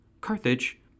Carthage